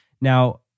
Now